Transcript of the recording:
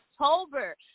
October